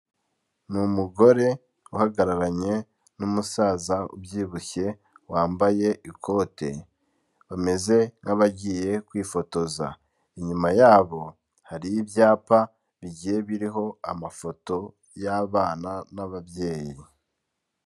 Ni umugore uhagararanye n'umusaza ubyibushye wambaye ikote bameze nk'abagiye kwifotoza, inyuma yabo hari ibyapa bigiye biriho amafoto y'abana n'ababyeyi.